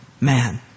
Man